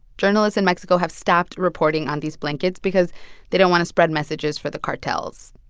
journalists in mexico have stopped reporting on these blankets because they don't want to spread messages for the cartels.